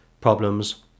problems